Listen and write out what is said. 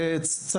אני לא חושב